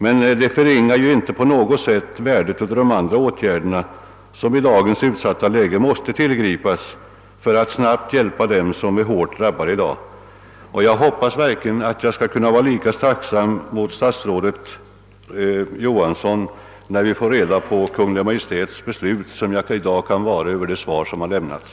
: Men detta förringar ju inte på något sätt värdet av de andra åtgärder som i dagens utsatta läge måste tillgripas för att snabbt hjälpa dem som just nu är hårt drabbade. Jag hoppas verkligen att. jag skall kunna vara lika tacksam mot statsrådet Johansson när vi får reda på Kungl. Maj:ts beslut, som jag i dag kan vara över det svar som har lämnats.